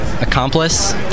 Accomplice